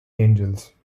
angels